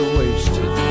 wasted